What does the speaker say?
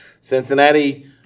Cincinnati